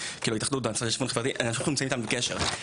ההתאחדות והמשרד לשוויון חברתי שאנחנו נמצאים איתם בקשר,